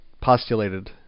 postulated